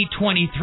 2023